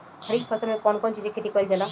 खरीफ फसल मे कउन कउन चीज के खेती कईल जाला?